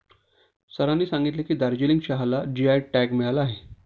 सरांनी सांगितले की, दार्जिलिंग चहाला जी.आय टॅग मिळाला आहे